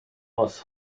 aus